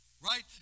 right